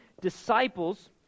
Disciples